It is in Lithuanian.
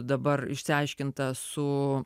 dabar išsiaiškinta su